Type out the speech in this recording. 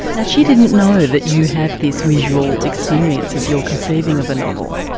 now she didn't know that you have this visual experience as you're conceiving of a novel?